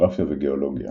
גאוגרפיה וגאולוגיה